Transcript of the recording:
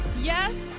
yes